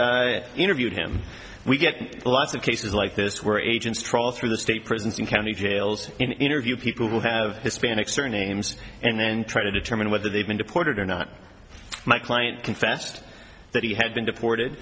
and interviewed him we get lots of cases like this where agents trawl through the state prisons in county jails interview people who have hispanic surnames and then try to determine whether they've been deported or not my client confessed that he had been deported